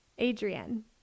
Adrienne